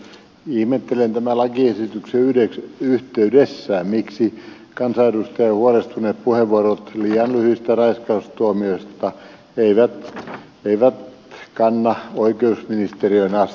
ihmettelen tämän lakiesityksen yhteydessä miksi kansanedustajien huolestuneet puheenvuorot liian lyhyistä raiskaustuomioista eivät kanna oikeusministeriöön asti